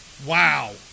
wow